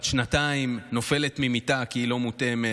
בת שנתיים נופלת ממיטה כי היא לא מותאמת.